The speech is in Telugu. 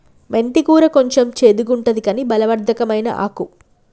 మెంతి కూర కొంచెం చెడుగుంటది కని బలవర్ధకమైన ఆకు